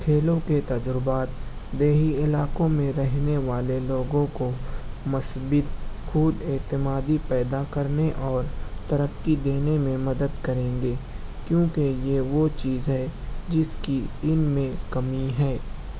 کھیلوں کے تجربات دیہی علاقوں میں رہنے والے لوگوں کو مثبت خوداعتمادی پیدا کرنے اورترقی دینے میں مدد کریں گے کیونکہ یہ وہ چیز ہے جس کی ان میں کمی ہے